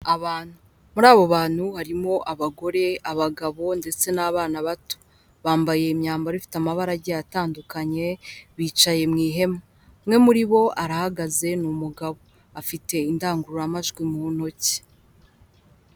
Abantu, muri abo bantu harimo abagore abagabo ndetse n'abana bato, bambaye imyambaro ifite amabara agiye atandukanye bicaye mu ihema umwe muri bo arahagaze ni umugabo afite indangururamajwi mu ntoki.